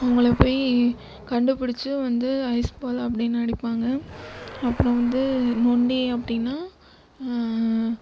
அவங்கள போய் கண்டுபிடிச்சி வந்து ஐஸ்பால் அப்படின்னு அடிப்பாங்க அப்புறம் வந்து நொண்டி அப்படின்னா